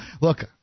look